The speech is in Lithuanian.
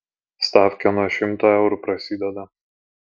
stafkė nuo šimto eurų prasideda